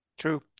True